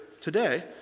today